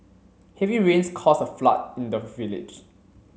heavy rains caused a flood in the village